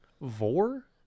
Vor